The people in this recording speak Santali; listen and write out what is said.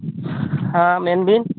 ᱦᱮᱸ ᱢᱮᱱᱵᱤᱱ